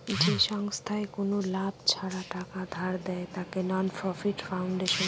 যে সংস্থায় কোনো লাভ ছাড়া টাকা ধার দেয়, তাকে নন প্রফিট ফাউন্ডেশন বলে